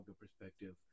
perspective